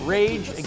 Rage